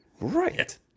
Right